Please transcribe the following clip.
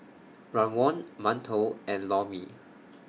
Rawon mantou and Lor Mee